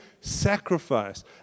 sacrifice